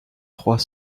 trois